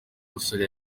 musore